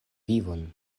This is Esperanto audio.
vinon